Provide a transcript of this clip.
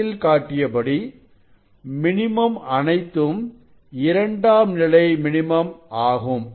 படத்தில் காட்டிய மினிமம் அனைத்தும் இரண்டாம் நிலை மினிமம் ஆகும்